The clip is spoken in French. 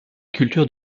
culture